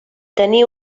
tenir